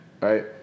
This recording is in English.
Right